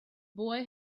boy